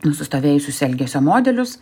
nusistovėjusius elgesio modelius